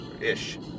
ish